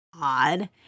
odd